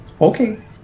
Okay